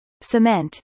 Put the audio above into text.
cement